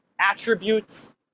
attributes